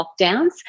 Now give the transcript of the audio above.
lockdowns